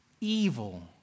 evil